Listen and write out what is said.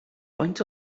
faint